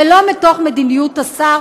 ולא מתוך מדיניות השר,